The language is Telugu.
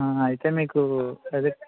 అయితే మీకు అదే